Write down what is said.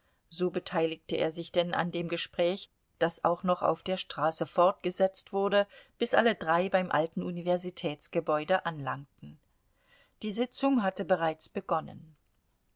so beteiligte er sich denn an dem gespräch das auch noch auf der straße fortgesetzt wurde bis alle drei beim alten universitätsgebäude anlangten die sitzung hatte bereits begonnen